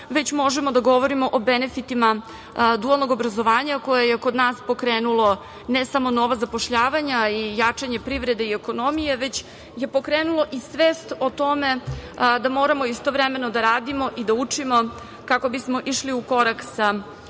već možemo da govorimo o benefitima dualnog obrazovanja koje je kod nas pokrenulo ne samo nova zapošljavanja i jačanje privrede i ekonomije, već je pokrenulo i svest o tome da moramo istovremeno da radimo i da učimo kako bismo išli u korak sa